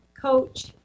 coach